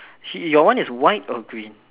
she your one is white or green